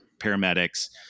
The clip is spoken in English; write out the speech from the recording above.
paramedics